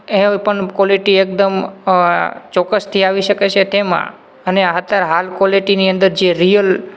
એ પણ ક્વૉલિટી એકદમ અ ચોક્કસથી આવી શકે છે તેમાં અને અત્યારે હાલ જે ક્વૉલોટીની અંદર જે રીઅલ